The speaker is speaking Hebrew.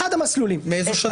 מאיזו שנה?